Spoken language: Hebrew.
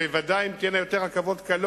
וודאי שאם תהיינה יותר רכבות קלות